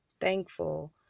thankful